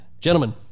Gentlemen